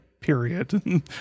period